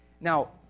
Now